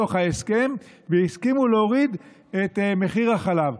בתוך ההסכם והסכימו להוריד את מחיר החלב.